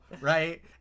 right